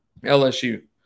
LSU